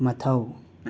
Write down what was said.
ꯃꯊꯧ